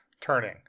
turning